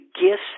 gifts